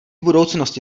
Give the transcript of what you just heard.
budoucnosti